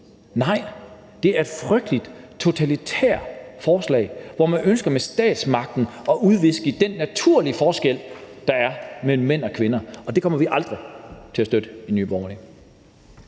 Nej, det er et frygtelig totalitært forslag, hvor man ønsker med statsmagten at udviske den naturlige forskel, der er mellem mænd og kvinder, og det kommer vi aldrig til at støtte i Nye Borgerlige.